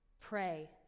pray